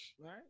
right